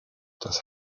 das